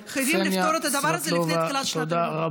תודה,